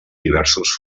diversos